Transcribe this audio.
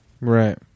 Right